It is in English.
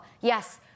Yes